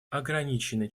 ограниченный